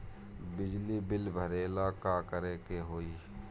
बिजली बिल भरेला का करे के होई?